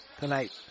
tonight